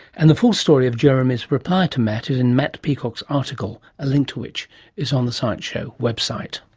and the full story of jeremy's reply to matt is in matt peacock's article, a link to which is on the science show website